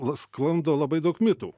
sklando labai daug mitų